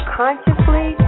consciously